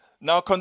Now